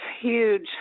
huge